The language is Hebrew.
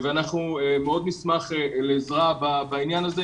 אנחנו מאוד נשמח לעזרה בעניין הזה.